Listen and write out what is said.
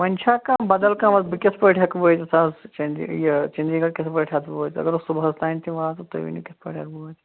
وۅنۍ چھا کانٛہہ بَدَل کانٛہہ وتھ بہٕ کِتھٕ پٲٹھۍ ہیٚکہٕ وٲتِتھ اَز چَنٛدی یہِ چَنٛدی گَڑھ کِتھٕ پٲٹھۍ ہیٚکہٕ بہٕ وٲتِتھ اگر بہٕ صُبحس تام تہِ واتہٕ تُہۍ ؤنۍتَو پگاہ یِمہٕ